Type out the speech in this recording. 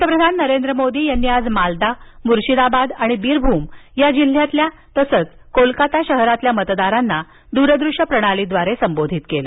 पंतप्रधान नरेंद्र मोदी यांनी आज माल्दा मुर्शीदाबाद आणि बीरभूम या जिल्ह्यातीलतसंच कोलकाता शहरातल्या मतदारांना दूरदृष्य प्रणालीद्वारे संबोधित केलं